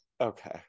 okay